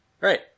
Right